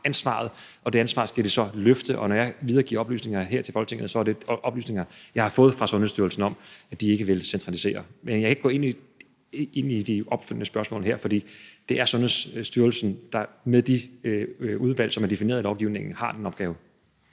ansvaret, og det ansvar skal de så løfte. Og når jeg videregiver oplysninger til Folketinget, er det oplysninger, jeg har fået fra Sundhedsstyrelsen om, at de ikke vil centralisere. Men jeg kan ikke gå ind i de opfølgende spørgsmål her, for det er Sundhedsstyrelsen, der med de udvalg, der er defineret i lovgivningen, har den opgave.